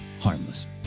harmless